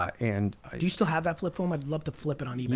um and you still have that flip phone? i'd love to flip it on ebay.